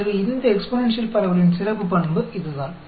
எனவே இந்த எக்ஸ்பொனேன்ஷியல் பரவலின் சிறப்பு பண்பு இதுதான்